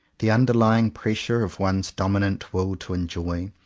the under lying pressure of one's dominant will to enjoy,